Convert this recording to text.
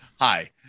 Hi